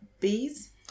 bees